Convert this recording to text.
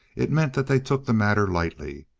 it meant that they took the matter lightly.